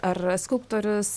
ar skulptorius